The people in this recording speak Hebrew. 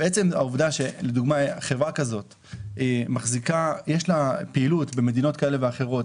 העובדה שחברה כזאת יש לה פעילות במדינות כאלה ואחרות,